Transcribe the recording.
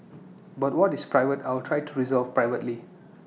but what is private I will try to resolve privately